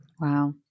Wow